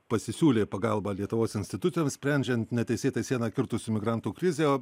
pasisiūlė pagalbą lietuvos institucijoms sprendžiant neteisėtai sieną kirtusių migrantų krizę